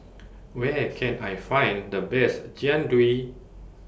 Where Can I Find The Best Jian Dui